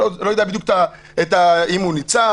לא יודע בדיוק אם הוא ניצב,